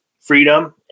freedom